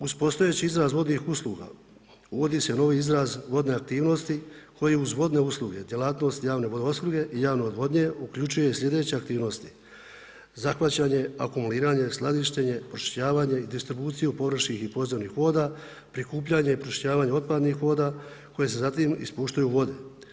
Uz postojeći izraz vodnih usluga uvodi se novi izraz vodne aktivnosti koji uz vodne usluge, djelatnost javne vodoopskrbe i javne odvodnje uključuje sljedeće aktivnosti, zahvaćanja, akumuliranje, skladištenje, pročišćavanje i distribuciju površinskih i podzemnih voda, prikupljanje i pročišćavanje otpadnih voda koje se zatim ispuštaju u vode.